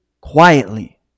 quietly